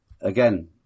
again